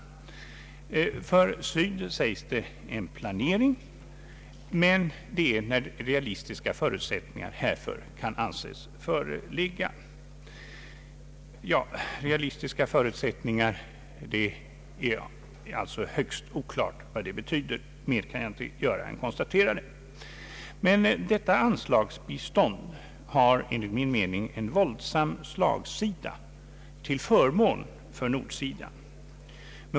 För Syd talas det om en planering, men den skall ske när realistiska förutsättningar härför kan anses föreligga. Det är, måste jag konstatera, alltjämt högst oklart vad ”realistiska förutsättningar” betyder. Detta anslagsbistånd har enligt min mening en våldsam slagsida till förmån för Nord.